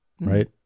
Right